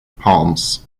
palms